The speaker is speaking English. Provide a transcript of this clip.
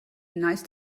nice